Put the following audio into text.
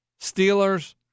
Steelers